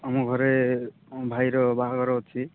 ଆମ ଘରେ ଭାଇର ବାହାଘର ଅଛି